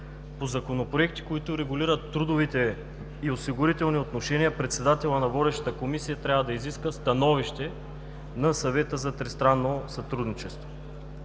по законопроекти, които регулират трудовите и осигурителни отношения, председателят на водещата комисия трябва да изиска становище на Съвета за тристранно сътрудничество.